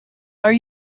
are